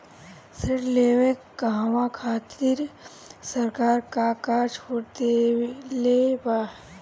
ऋण लेवे कहवा खातिर सरकार का का छूट देले बा?